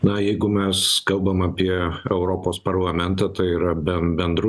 na jeigu mes kalbam apie europos parlamentą tai yra ben bendrus